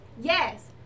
Yes